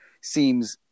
seems